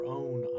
own